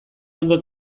ondo